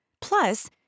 Plus